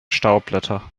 staubblätter